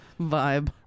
vibe